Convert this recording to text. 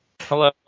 Hello